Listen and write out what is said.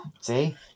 See